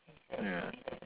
ya